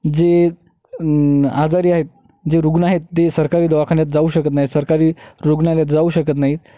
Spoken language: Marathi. जे आजारी आहेत जे रुग्ण आहेत ते सरकारी दवाखान्यात जाऊ शकत नाहीत सरकारी रुग्णालयात जाऊ शकत नाहीत